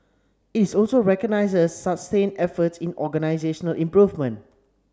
it's also recognises sustained efforts in organisational improvement